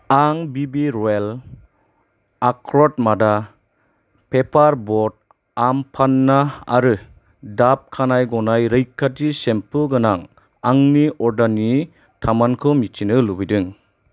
आं बिबि रयेल आक्रट मादा पेपार बट आम पान्ना आरो दाभ खानाय गनाय रैखाथि सेम्पु गोनां आंनि अर्डारनि थामानखौ मिथिनो लुबैदों